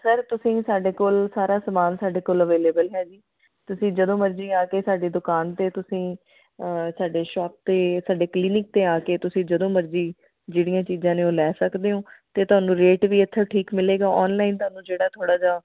sir ਤੁਸੀਂ ਸਾਡੇ ਕੋਲ ਸਾਰਾ ਸਮਾਨ ਸਾਡੇ ਕੋਲ ਅਵੇਲੇਵਲ ਹੈ ਜੀ ਤੁਸੀਂ ਜਦੋਂ ਮਰਜੀ ਆ ਕੇ ਸਾਡੀ ਦੁਕਾਨ 'ਤੇ ਤੁਸੀਂ ਸਾਡੇ ਸ਼ੋਪ 'ਤੇ ਸਾਡੇ ਕਲੀਨਿਕ 'ਤੇ ਆ ਕੇ ਤੁਸੀਂ ਜਦੋਂ ਮਰਜੀ ਜਿਹੜੀਆਂ ਚੀਜ਼ਾਂ ਨੇ ਉਹ ਲੈ ਸਕਦੇ ਹੋ ਅਤੇ ਤੁਹਾਨੂੰ ਰੇਟ ਵੀ ਇੱਥੇ ਠੀਕ ਮਿਲੇਗਾ ਔਨਲਾਈਨ ਤੁਹਾਨੂੰ ਜਿਹੜਾ ਥੋੜ੍ਹਾ ਜਿਹਾ